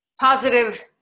Positive